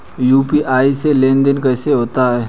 UPI में लेनदेन कैसे होता है?